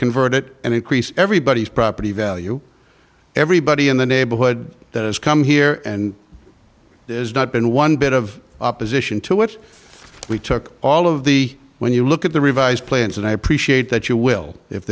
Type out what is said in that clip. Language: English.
convert it and increase everybody's property value everybody in the neighborhood that has come here and there's not been one bit of opposition to what we took all of the when you look at the revised plans and i appreciate that you will if